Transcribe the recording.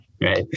Right